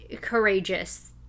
courageous